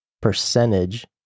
percentage